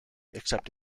except